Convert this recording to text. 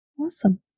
Awesome